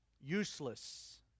Useless